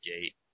gate